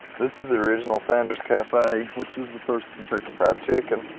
this is the original sanders cafe, wh ich is the first kentucky fried chicken.